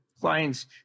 Clients